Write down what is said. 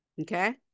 Okay